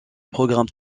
programme